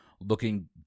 looking